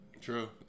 True